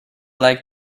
like